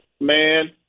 Man